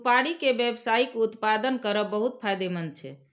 सुपारी के व्यावसायिक उत्पादन करब बहुत फायदेमंद छै